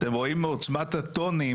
אתם רואים מעוצמת הטונים,